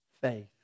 faith